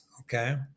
okay